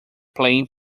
playing